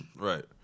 Right